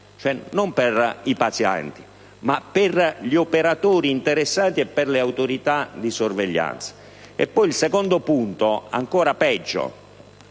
Non parla di pazienti, ma di operatori interessati e di autorità di sorveglianza.